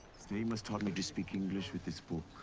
mr. amos taught me to speak english with this book.